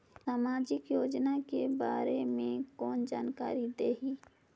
समाजिक योजना के बारे मे कोन जानकारी देही?